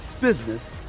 business